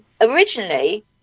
originally